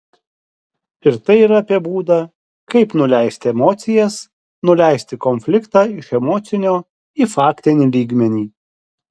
ir tai yra apie būdą kaip nuleisti emocijas nuleisti konfliktą iš emocinio į faktinį lygmenį